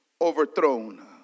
overthrown